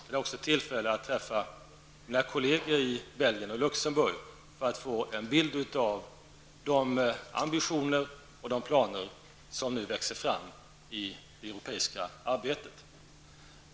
Jag hade också tillfälle att träffa mina kolleger i Belgien och Luxenburg för att få en bild av de ambitioner och de planer som nu växer fram i det europeiska arbetet.